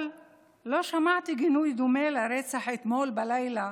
אבל לא שמעתי גינוי דומה לרצח אתמול בלילה